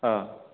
औ